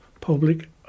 public